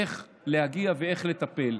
איך להגיע ואיך לטפל.